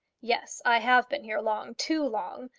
yes i have been here long too long.